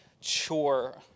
chore